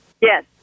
Yes